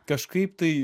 kažkaip tai